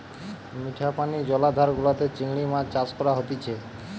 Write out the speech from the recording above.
মিঠা পানি জলাধার গুলাতে চিংড়ি মাছ চাষ করা হতিছে